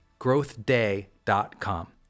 growthday.com